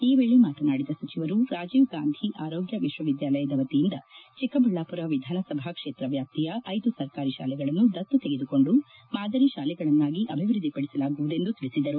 ಈ ವೇಳೆ ಮಾತನಾಡಿದ ಸಚಿವರು ರಾಜೀವ್ ಗಾಂಧಿ ಆರೋಗ್ಯ ವಿಶ್ವವಿದ್ಯಾಲಯದ ವತಿಯಿಂದ ಚಿಕ್ಕಬಳ್ಳಾಪುರ ವಿಧಾನಸಭಾ ಕ್ಷೇತ್ರ ವ್ಯಾಪ್ತಿಯ ಸರ್ಕಾರಿ ಶಾಲೆಗಳನ್ನು ದತ್ತು ತೆಗೆದುಕೊಂಡು ಮಾದರಿ ಶಾಲೆಗಳನ್ನಾಗಿ ಅಭಿವೃದ್ಧಿ ಪಡಿಸಲಾಗುವುದೆಂದು ತಿಳಿಸಿದರು